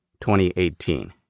2018